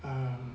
um